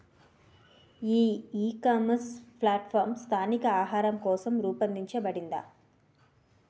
ఈ ecommerce platform స్థానిక ఆహారం కోసం రూపొందించబడిందా?